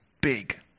big